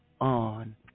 on